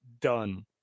done